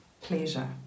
pleasure